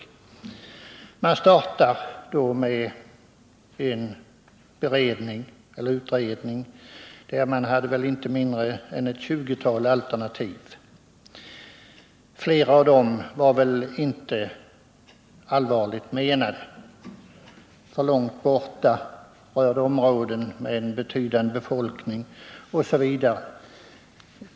Man igångsatte en utredning, som hade att ta ställning till ett 20-tal alternativa lösningar. Flera av dem var väl inte allvarligt menade. Fälten låg för långt borta, i områden med betydande befolkning osv.